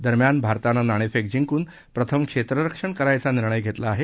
दरम्यान भारतानं नाणेफेक जिंकून प्रथम क्षेत्ररक्षण करायचा निर्णय घेतला आहे